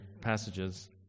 passages